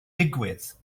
digwydd